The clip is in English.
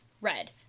red